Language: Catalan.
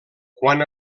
quan